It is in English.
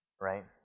Right